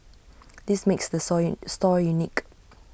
this makes the sole store unique